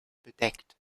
bedeckt